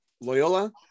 Loyola